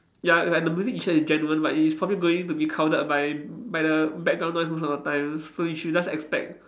ya like the music you hear is genuine like it is probably going to be crowded by by the background noise most of the time so you should just expect